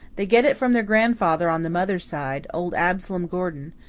they get it from their grandfather on the mother's side old absalom gordon.